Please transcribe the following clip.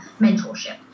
mentorship